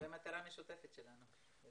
זו מטרה משותפת שלנו.